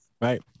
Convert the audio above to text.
Right